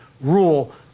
rule